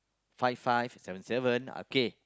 five five seven seven okay